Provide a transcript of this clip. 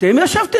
אתם ישבתם